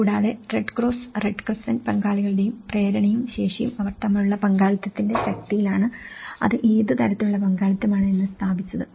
കൂടാതെ red cross red crescent പങ്കാളികളുടെ പ്രേരണയും ശേഷിയും അവർ തമ്മിലുള്ള പങ്കാളിത്തത്തിന്റെ ശക്തിയിലാണ് അത് ഏത് തരത്തിലുള്ള പങ്കാളിത്തമാണ് എന്ന് സ്ഥാപിച്ചത്